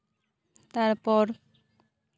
ᱛᱟᱨᱯᱚᱨ